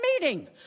meeting